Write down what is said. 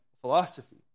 philosophy